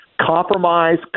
compromise